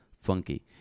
funky